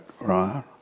right